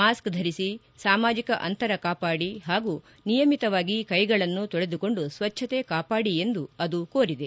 ಮಾಸ್ತ್ ಧರಿಸಿ ಸಾಮಾಜಿಕ ಅಂತರ ಕಾಪಾಡಿ ಹಾಗೂ ನಿಯಮಿತವಾಗಿ ಕೈಗಳನ್ನು ತೊಳೆದುಕೊಂಡು ಸ್ತಚ್ಲತೆ ಕಾಪಾಡಿ ಎಂದು ಅದು ಕೋರಿದೆ